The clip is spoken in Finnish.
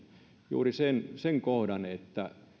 juuri sen sen kohdan että